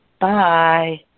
Bye